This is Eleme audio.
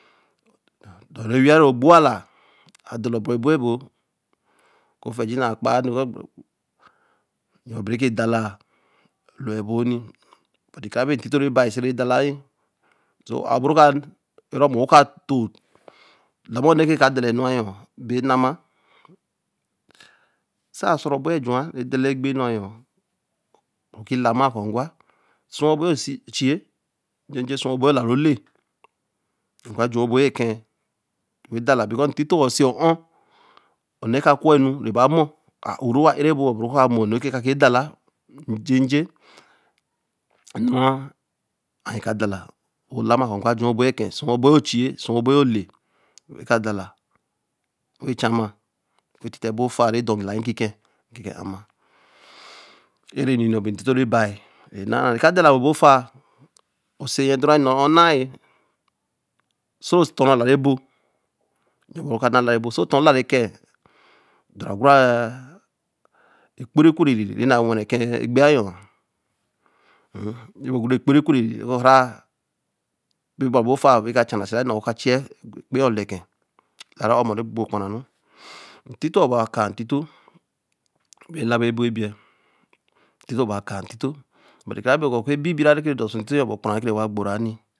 Dɔrɛ wiariɛ gbuala, adala bɔ bɔo ebo. Okuofɛɛji naa kpaa nu kuɔ, bete ke dalaa lɔa ebooni. Ekarabe ntito rɛbai séè dalari, so a'o boro ka, ka erɔ mɔɔ ka do. ɔɔ bɔnɛrɛka dala egbe enu anyɔ, bee nama, sa sua ɔbɔ nyɛ jūa be dala egbe enu anys oki lamaa kɔɔ ngwa sūa ɔbɔ yo nsi ochie, sua ɔbɔ yo ole wa nyɛ mɔonɔ ka dala we chama we titɛ ebofaa rɛ dɔ lari nkikɛɛ nkikɛɛ ɔmɔɔ, ereniɔ bi ntito rɛbari re naari. Reka dala nnwɛ ebofaa, osei nnyɛ dɔrāri nnɔ'ɔ̃ nnae, so tɔ̃ alarɛbo ɔkn na ala rɛbo, so tɔ alarɛkɛɛ sɔ oku-ɛɛ, okporo ekwere ka nnwɛrā ɛkɛɛ egbo anyɔɔ, oguru okporo ekwere bokaa bābafaa wo chara sirā nnara ɔ'ɔ̃ wɔ kaa chia okpro ekwere woka bɛkɛ alorɔ ɔmɔni rɛ gbogbk kpuraru. Ntūoɔ ba kaa ntito bew labi ebo ɛbiɛ, ntioɔ bakaa ntito bɔti karabe kɔ mɔ okue bibirarɛ kɛ rɛ do oso ntito bo okpura rurɛ kɛ rɛ wa gboɛri